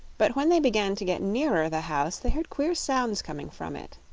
but when they began to get nearer the house they heard queer sounds coming from it.